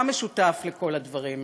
מה משותף לכל הדברים האלה?